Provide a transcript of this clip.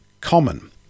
common